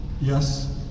Yes